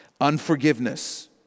unforgiveness